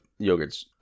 yogurts